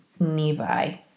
nevi